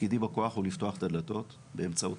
תפקידי בכוח הוא לפתוח את הדלתות באמצעות